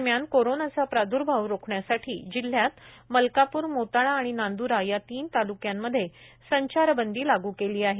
दरम्यान कोरोनाचा प्रादर्भाव रोखण्यासाठी जिल्ह्यात मलकापूर मोताळा आणि नांद्रा या तीन तालुक्यांमधे संचारबंदी लागू केली आहे